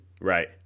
right